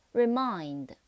remind